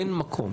אין מקום